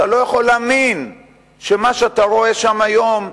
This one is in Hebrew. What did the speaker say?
אתה לא יכול להאמין שמה שאתה רואה שם היום,